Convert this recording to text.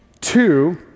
Two